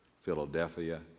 Philadelphia